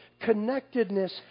connectedness